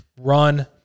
run